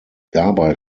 dabei